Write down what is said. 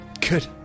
Good